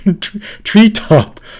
treetop